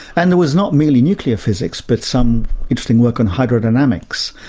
and there was not merely nuclear physics, but some interesting work on hydrodynamics,